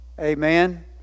amen